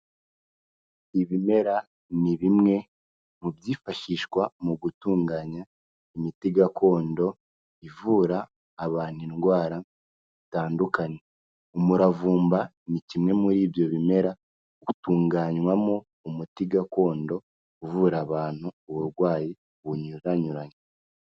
Ibimera ni bimwe mu byifashishwa mu gutunganya imiti gakondo, ivura abantu indwara zitandukanye, umuravumba ni kimwe muri ibyo bimera utunganywamo umuti gakondo, uvura abantu uburwayi bunyuranyuranye.